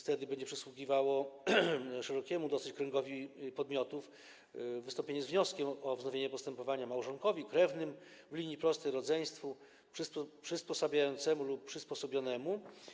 Wtedy będzie przysługiwało dosyć szerokiemu kręgowi podmiotów wystąpienie z wnioskiem o wznowienie postępowania: małżonkowi, krewnym w linii prostej, rodzeństwu, przysposabiającemu lub przysposobionemu.